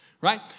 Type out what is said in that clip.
right